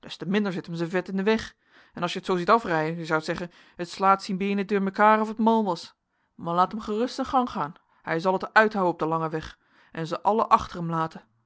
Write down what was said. te minder zit hem zijn vet in den weg en as je t zoo ziet afrijen je zoudt zeggen het slaat zien beenen deur mekaêr of het mal was maar laat hem gerust zijn gang gaan hij zal het uithouen op den langen weg en ze alle achter